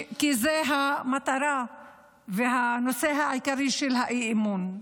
כי זו המטרה והנושא העיקרי של האי-אמון.